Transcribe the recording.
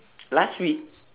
last week